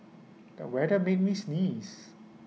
the weather made me sneeze